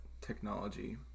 technology